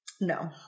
No